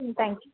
ம் தேங்க்யூ